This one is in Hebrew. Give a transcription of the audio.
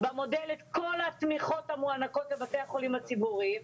במודל את כל התמיכות המוענקות לבתי החולים הציבוריים.